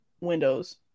Windows